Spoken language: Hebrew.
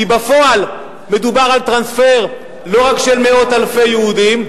כי בפועל מדובר על טרנספר לא רק של מאות אלפי יהודים,